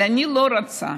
אבל אני לא רוצה